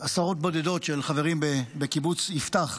עשרות בודדות של חברים בקיבוץ יפתח.